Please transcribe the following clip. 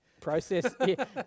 process